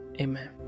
Amen